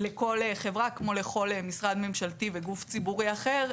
לכל החברה כמו לכל משרד ממשלתי וגוף ציבורי אחר,